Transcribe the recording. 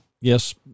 yes